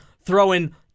throwing